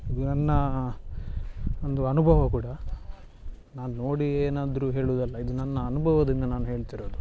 ಇದು ನನ್ನ ಒಂದು ಅನುಭವೂ ಕೂಡ ನಾನು ನೋಡಿ ಏನಾದರೂ ಹೇಳೋದಲ್ಲ ಇದು ನನ್ನ ಅನುಭವದಿಂದ ನಾನು ಹೇಳ್ತಿರೋದು